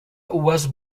was